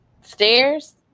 Stairs